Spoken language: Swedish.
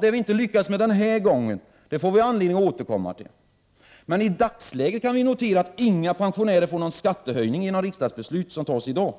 Det vi inte lyckades med den här gången får vi anledning att återkomma till. I dagsläget kan vi dock notera att inga pensionärer får någon skattehöjning genom riksdagsbeslut som tas i dag.